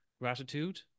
gratitude